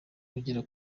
ugera